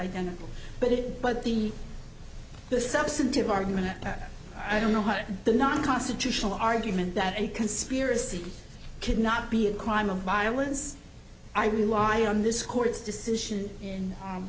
identical but it but the the substantive argument i don't know what the non constitutional argument that a conspiracy could not be a crime of violence i rely on this court's decision in